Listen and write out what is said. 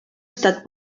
estat